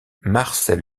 marcel